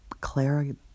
Clara